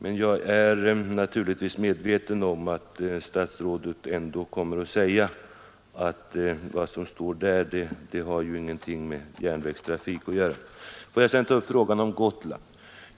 Men jag är naturligtvis medveten om att statsrådet ändå kommer att säga att vad som står där inte har någonting med järnvägstrafik att göra. För att sedan ta upp frågan om Gotland.